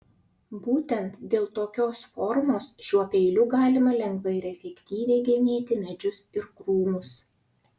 būtent dėl tokios formos šiuo peiliu galima lengvai ir efektyviai genėti medžius ir krūmus